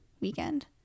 weekend